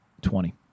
twenty